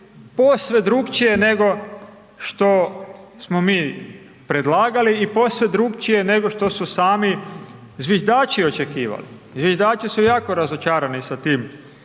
posve drukčije nego što smo mi predlagali i posve drukčije nego što su sami zviždači očekivali. Zviždači su jako razočarani sa tim